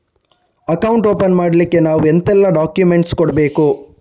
Account open ಮಾಡ್ಲಿಕ್ಕೆ ನಾವು ಎಂತೆಲ್ಲ ಡಾಕ್ಯುಮೆಂಟ್ಸ್ ಕೊಡ್ಬೇಕು?